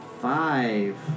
Five